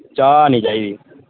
चाह् नि चाहिदी